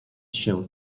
się